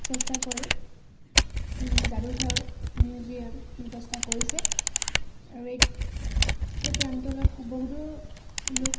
চেষ্টা কৰি যাদুঘৰ মিউজিয়াম ব্যৱস্থা কৰিছে আৰু এই প্ৰান্তলৈ বহুতো লোক